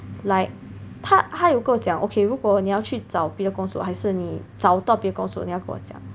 like 他他有跟我讲 okay 如果你要去找别的工作还是你找到别的工作你要跟我讲